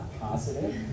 positive